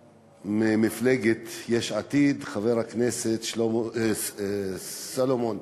ממפלגת יש עתיד חבר הכנסת שמעון סולומון.